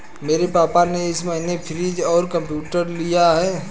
मेरे पापा ने इस महीने फ्रीज और कंप्यूटर लिया है